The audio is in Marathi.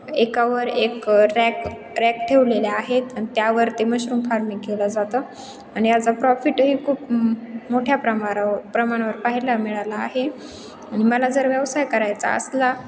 एकावर एक रॅक रॅक ठेवलेल्या आहेत आणि त्यावर ते मशरूम फार्मिंग केलं जातं आणि याचं प्रॉफिटही खूप मोठ्या प्रमाराव प्रमाणावर पाहायला मिळाला आहे आणि मला जर व्यवसाय करायचा असला